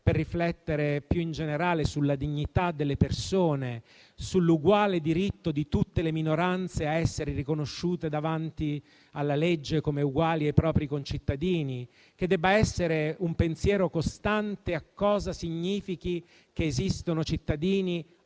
per riflettere più in generale sulla dignità delle persone, sull'uguale diritto di tutte le minoranze a essere riconosciute davanti alla legge come uguali ai propri concittadini, che debba essere un pensiero costante a cosa significhi l'esistenza di cittadini,